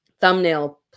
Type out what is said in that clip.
thumbnail